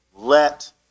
Let